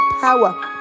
power